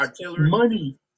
money